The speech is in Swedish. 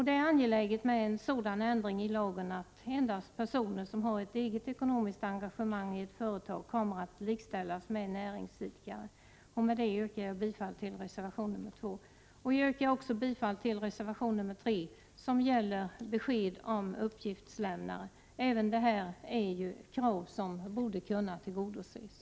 Det är angeläget med en sådan ändring i lagen att endast personer som har ett eget ekonomiskt engagemang i ett företag kommer att likställas med näringsidkare. Med det yrkar jag bifall till reservation nr 2. Jag yrkar också bifall till reservation nr 3, som gäller besked om uppgiftslämnare. Även detta är ett krav som borde kunna tillgodoses.